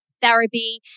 Therapy